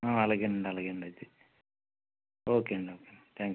అలాగేనండి అలాగే అండి అయితే ఓకేనండి ఓకేనండి థ్యాంక్స్ అండి